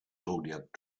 zodiac